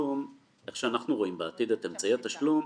איך שאנחנו רואים בעתיד את אמצעי תשלום,